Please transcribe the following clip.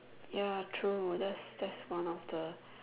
ya true that's that's one of the